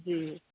जी